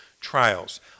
trials